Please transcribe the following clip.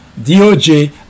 DOJ